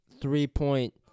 three-point